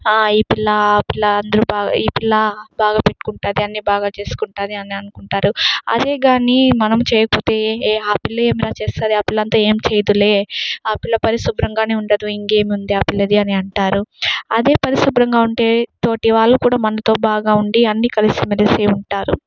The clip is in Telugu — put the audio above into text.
ఈ పిల్ల ఆ పిల్ల అందరూ బాగా ఈ పిల్ల బాగా చేసుకుంటాది అని అనుకుంటారు అదేగాని మనం చేయకపోతే ఏ ఆ పిల్ల ఏమిరా చేస్తుంది ఆ పిల్లంతా ఏం చేయదులే ఆ పిల్ల పరిశుభ్రంగానే ఉండదు ఇంకేముంది ఆ పిల్లది అని అంటారు అదే పరిశుభ్రంగా ఉంటే తోటి వాళ్ళు కూడా మనతో బాగా ఉండి అన్ని కలిసిమెలిసి ఉంటారు